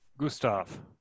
Gustav